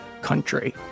country